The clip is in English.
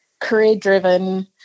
career-driven